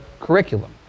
curriculum